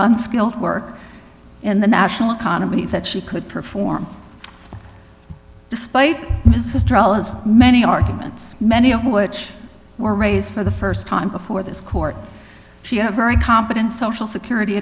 unskilled work in the national economy that she could perform despite many arguments many of which were raised for the first time before this court she had a very competent social security